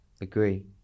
agree